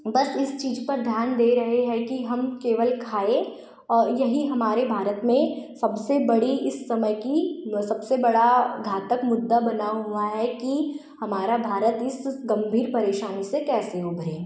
बस इस चीज़ पर ध्यान दे रहे हैं कि हम केवल खाएँ और यही हमारे भारत में सबसे बड़ी जो इस समय की सबसे बड़ा घातक मुद्दा बना हुआ है कि हमारा भारत इस गम्भीर परेशानी से कैसे उभरे